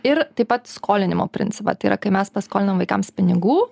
ir taip pat skolinimo principą tai yra kai mes paskolinam vaikams pinigų